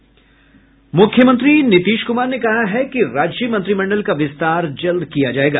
मूख्यमंत्री नीतीश क्रमार ने कहा है कि राज्य मंत्रिमंडल का विस्तार जल्द किया जायेगा